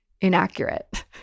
inaccurate